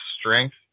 strength